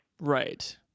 Right